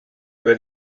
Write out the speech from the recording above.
were